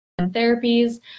therapies